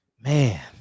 Man